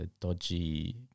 dodgy